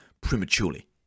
prematurely